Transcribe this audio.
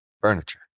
furniture